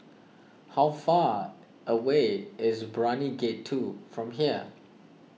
how far away is Brani Gate two from here